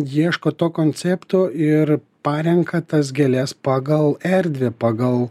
ieško to koncepto ir parenka tas gėles pagal erdvę pagal